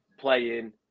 playing